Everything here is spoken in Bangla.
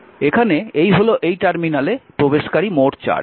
এখানে এই হল এই টার্মিনালে প্রবেশকারী মোট চার্জ